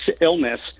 illness